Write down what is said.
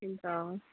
हुन्छ